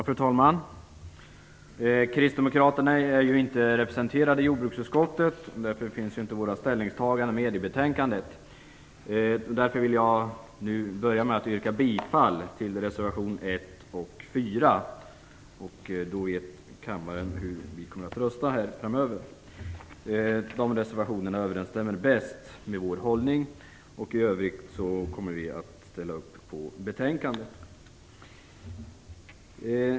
Fru talman! Kristdemokraterna är ju inte representerade i jordbruksutskottet. Således finns inte våra ställningstaganden med i betänkandet. Jag börjar därför med att yrka bifall till reservationerna 1 och 4. Därmed vet kammaren hur vi kommer att rösta här. Nämnda reservationer överensstämmer bäst med vår hållning. I övrigt kommer vi att ställa upp på betänkandet.